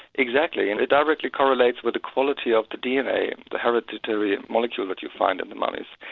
exactly, and it directly correlates with the quality of the dna, the hereditary molecule that you find in the mummies.